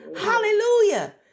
Hallelujah